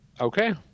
Okay